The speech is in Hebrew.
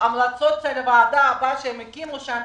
ההמלצות של הועדה הבאה שהם הקימו שם,